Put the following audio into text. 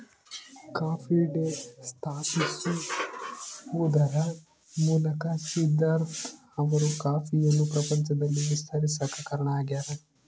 coffee day ಸ್ಥಾಪಿಸುವದರ ಮೂಲಕ ಸಿದ್ದಾರ್ಥ ಅವರು ಕಾಫಿಯನ್ನು ಪ್ರಪಂಚದಲ್ಲಿ ವಿಸ್ತರಿಸಾಕ ಕಾರಣ ಆಗ್ಯಾರ